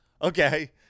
Okay